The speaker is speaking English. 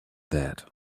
that